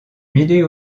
mêler